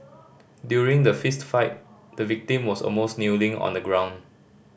during the fist fight the victim was almost kneeling on the ground